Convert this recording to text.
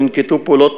ננקטו פעולות